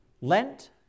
lent